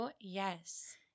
yes